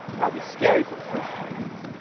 probably scary for the first few days,